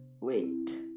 Wait